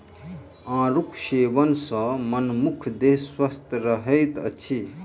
आड़ूक सेवन सॅ मनुखक देह स्वस्थ रहैत अछि